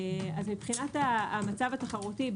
מבחינת המצב התחרותי,